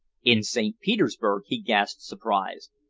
in st. petersburg! he gasped, surprised.